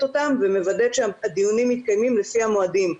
אותם ומוודאת שהדיונים מתקיימים לפי המועדים,